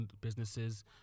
businesses